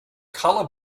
color